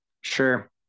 Sure